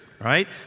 right